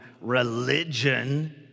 religion